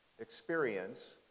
experience